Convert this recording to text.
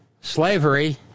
slavery